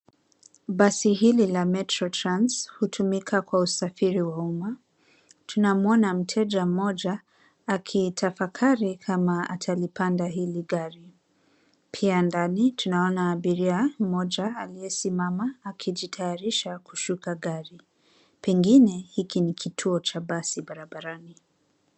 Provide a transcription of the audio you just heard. Basi hili la Metro Trans hutumika kwa usafiri wa umma. Tunamwona mteja mmoja aki itafakari kama atalipanda hili gari. Pia ndani tunaona abiria mmoja aliesimama akijitayarisha kushuka gari. Pengine hiki ni kituo cha basi barabarani.